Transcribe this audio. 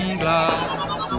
glass